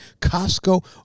Costco